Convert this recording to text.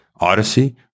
Odyssey